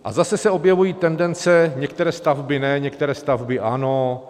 A zase se objevují tendence, některé stavby ne, některé stavby ano.